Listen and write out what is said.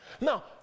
Now